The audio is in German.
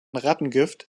rattengift